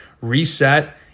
reset